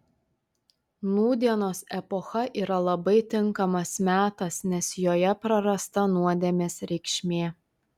nūdienos epocha yra labai tinkamas metas nes joje prarasta nuodėmės reikšmė